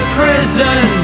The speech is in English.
prison